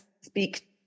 speak